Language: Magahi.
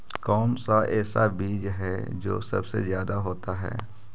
कौन सा ऐसा बीज है जो सबसे ज्यादा होता है?